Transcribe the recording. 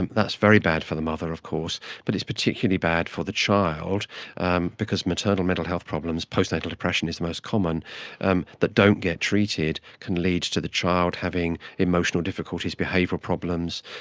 and that's very bad for the mother of course but it's particularly bad for the child because maternal mental health problems, postnatal depression is the most common um that don't get treated can lead to the child having emotional difficulties, behavioural problems,